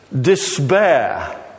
despair